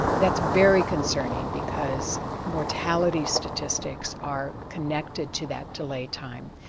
that's very concerning because mortality statistics are connected to that delay time.